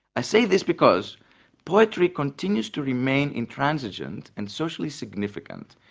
i say this because poetry continues to remain intransigent, and socially significant,